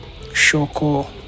shoko